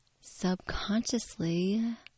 subconsciously